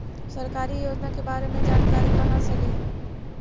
सरकारी योजना के बारे मे जानकारी कहा से ली?